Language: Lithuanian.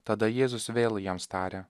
tada jėzus vėl jiems tarė